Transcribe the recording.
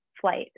flight